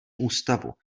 ústavu